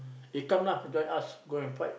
eh come lah join us go and fight